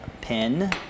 pin